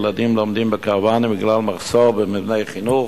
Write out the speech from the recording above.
ילדים לומדים בקרוונים בגלל מחסור במבני חינוך,